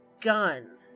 gun